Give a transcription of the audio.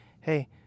Hey